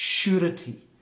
surety